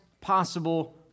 possible